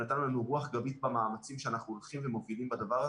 נתן לנו רוח גבית במאמצים שאנחנו הולכים ומובילים בדבר הזה.